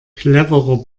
cleverer